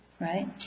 right